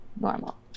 Normal